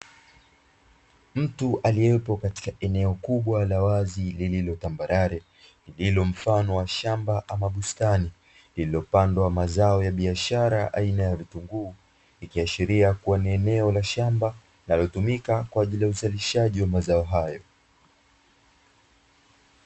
Mtu aliyepo katika eneo kubwa la wazi lililotambarare, lililomfano wa shamba ama bustani lililopandwa mazao ya biashara aina ya vitunguu; ikiashiria kuwa ni eneo la shamba linalotumika kwa ajili ya uzalishaji wa mazao hayo.